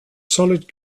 solid